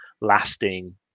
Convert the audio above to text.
lasting